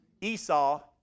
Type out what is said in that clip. Esau